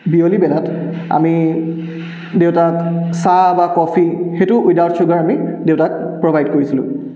বিয়লি বেলাত আমি দেউতাক চাহ বা কফি সেইটোও উইডাউড ছুগাৰ আমি দেউতাক প্ৰভাইড কৰিছিলোঁ